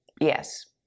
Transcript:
Yes